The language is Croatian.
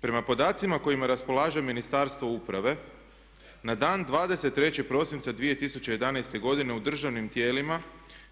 Prema podacima kojima raspolaže Ministarstvo uprave na dan 23.prosinca 2011.godine u državnim tijelima